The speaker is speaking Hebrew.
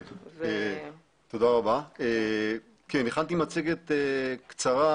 כן, הכנתי מצגת קצרה